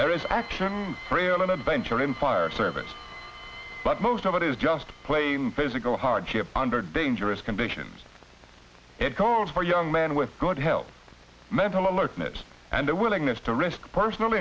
there is action and adventure in fire service but most of it is just plain physical hardship under dangerous conditions it calls for young men with good health mental alertness and a willingness to risk personal